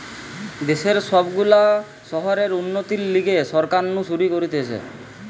দেশের সব গুলা শহরের উন্নতির লিগে সরকার নু শুরু করতিছে